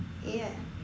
ya